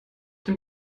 dem